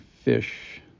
fish